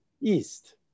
East